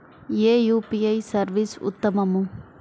ఏ UPI service ఉత్తమము?